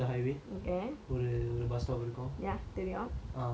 uh so it's a slope down right